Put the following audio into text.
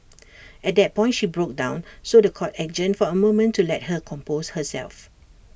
at that point she broke down so The Court adjourned for A moment to let her compose herself